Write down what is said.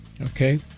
Okay